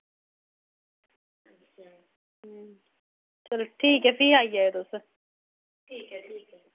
चलो ठीक ऐ फ्ही आई जाएओ तुस ठीक